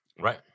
Right